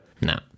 No